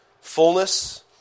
fullness